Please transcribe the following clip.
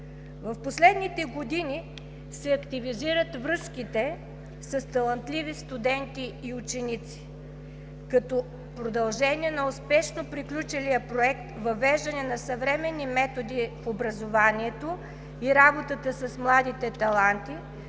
В последните години се активизират връзките с талантливи студенти и ученици като продължение на успешно приключилия проект „Въвеждане на съвременни методи в образованието и работата с младите таланти“,